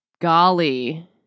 golly